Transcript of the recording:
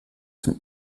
dem